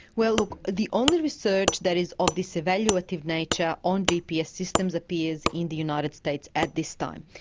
well, look, the only research that is of this evaluative nature on gps systems appears in the united states at this time.